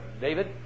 David